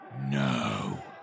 no